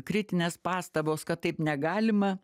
kritinės pastabos kad taip negalima